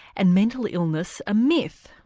and mental illness a myth?